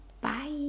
Bye